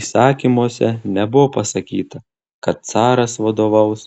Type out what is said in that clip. įsakymuose nebuvo pasakyta kad caras vadovaus